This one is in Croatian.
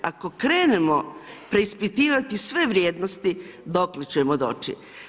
Ako krenemo preispitivati sve vrijednosti, dokle ćemo doći?